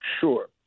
Sure